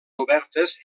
obertes